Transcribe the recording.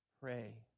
pray